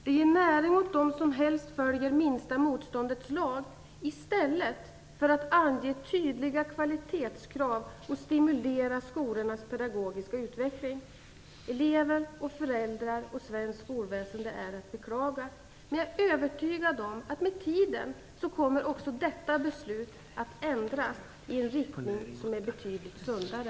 Det ger näring åt dem som helst följer minsta motståndets lag, i stället för att ange tydliga kvalitetskrav och stimulera skolornas pedagogiska utveckling. Elever, föräldrar och svenskt skolväsende är att beklaga, men jag är övertygad om att också detta beslut kommer att ändras med tiden, i en riktning som är betydligt sundare.